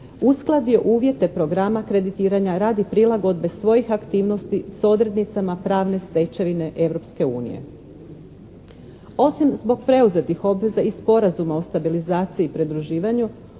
uskladio uvjete programa kreditiranja radi prilagodbe svojih aktivnosti s odrednicama pravne stečevine Europske unije. Osim zbog preuzetih obveza i Sporazuma o stabilizaciji i pridruživanju